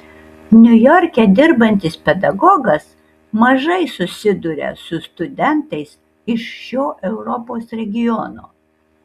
niujorke dirbantis pedagogas mažai susiduria su studentais iš šio europos regiono